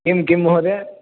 किं किं महोदय